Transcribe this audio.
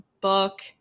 book